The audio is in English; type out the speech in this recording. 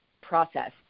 process